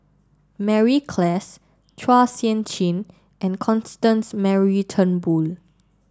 Mary Klass Chua Sian Chin and Constance Mary Turnbull